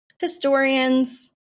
historians